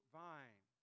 vine